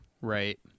right